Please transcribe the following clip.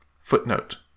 Footnote